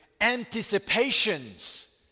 anticipations